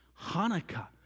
Hanukkah